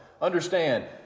understand